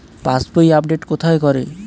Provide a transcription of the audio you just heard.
পাসবই update কোথায় করে?